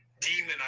demon